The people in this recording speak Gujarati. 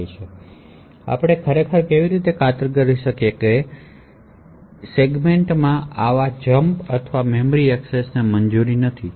તો આપણે કેવી રીતે ખાતરી કરી શકીએ કે સેગમેન્ટમાં આવી જંપ અથવા મેમરી એક્સેસની મંજૂરી નથી